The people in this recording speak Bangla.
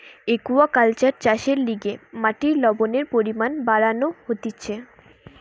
একুয়াকালচার চাষের লিগে মাটির লবণের পরিমান বাড়ানো হতিছে